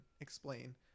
explain